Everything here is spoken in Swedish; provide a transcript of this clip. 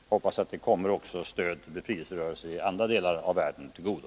Jag hoppas att det stödet också kommer befrielserörelser i andra delar av världen till godo.